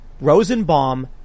Rosenbaum